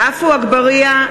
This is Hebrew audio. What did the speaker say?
עפו אגבאריה,